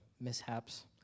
mishaps